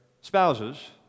spouses